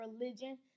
religion